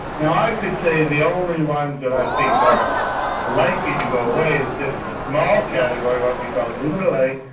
now, i could say the only ones that i think are likely to go away is this small category, what we call luminal a,